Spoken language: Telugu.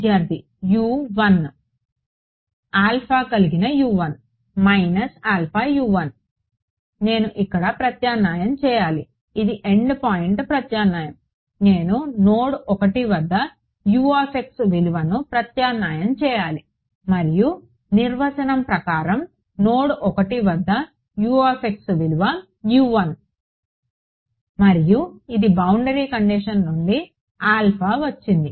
విద్యార్థి కలిగిన U1నేను ఇక్కడ ప్రత్యామ్నాయం చేయాలి ఇది ఎండ్ పాయింట్ ప్రత్యామ్నాయం నేను నోడ్ 1 వద్ద విలువను ప్రత్యామ్నాయం చేయాలి మరియు నిర్వచనం ప్రకారం నోడ్ 1 వద్ద విలువ మరియు ఇది బౌండరీ కండిషన్ నుండి వచ్చింది